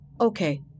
okay